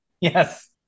Yes